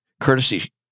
courtesy